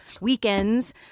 weekends